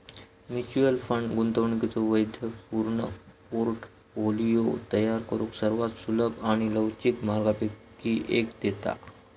mutual fund गुंतवणुकीचो वैविध्यपूर्ण portfolio तयार करुक सर्वात सुलभ आणि लवचिक मार्गांपैकी एक देता